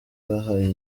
bahaye